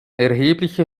erhebliche